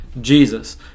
jesus